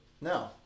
No